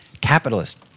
capitalist